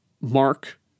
Mark